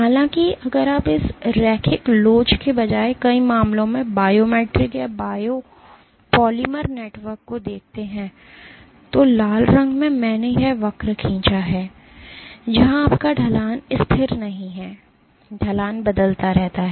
हालांकि अगर आप इस रैखिक लोच के बजाय कई मामलों में बायोमेट्रिक या बायोपॉलिमर नेटवर्क को देखते हैं तो लाल रंग में मैंने यह वक्र खींचा है जहां आपका ढलान स्थिर नहीं है ढलान बदलता रहता है